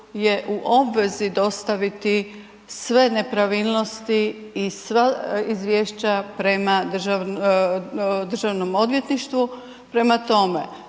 je u obvezi dostaviti sve nepravilnosti i sva izvješća prema državnom odvjetništvu. Prema tome,